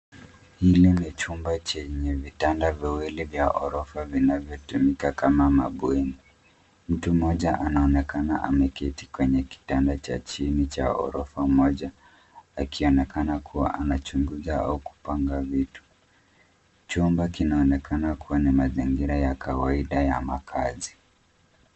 Hili chumba chenye vitanda viwili vya ghorofa vinavyotumika kama bweni. Mtu mmoja anaonekana ameketi kwenye kitanda cha chini cha ghorofa moja akionekana kuwa anachunguza au kupanga vitu. Chumba kinaonekana kuwa ni mazingira ya kawaida ya makazi.